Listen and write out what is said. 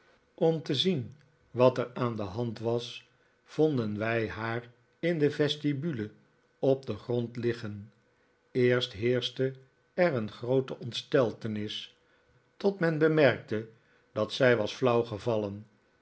om te zien wat er aan de hand was vonden wij haar in de vestibule op den grond liggen eerst heerschte er een groote ontsteltenis tot men bemerkte dat zij was flauwgevallen